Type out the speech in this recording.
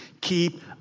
keep